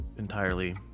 Entirely